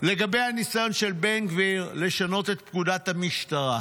לגבי הניסיון של בן גביר לשנות את פקודת המשטרה.